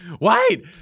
wait